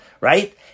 right